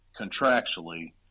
contractually